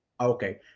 okay